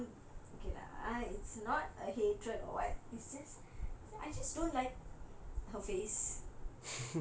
um I have one err okay lah it's not a hatred or [what] I just don't like her face